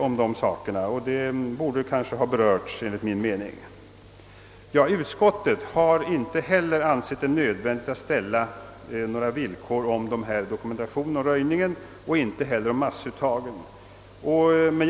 Enligt min mening borde saken emellertid ha berörts. Utskottet har inte heller ansett det nödvändigt att uppställa några villkor rörande dokumentationen och röjningen och inte heller beträffande massuttagen.